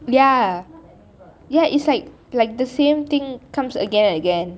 ya ya it's like like the same thing comes again and again